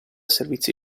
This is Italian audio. servizi